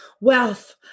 wealth